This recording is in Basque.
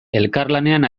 elkarlanean